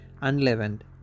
unleavened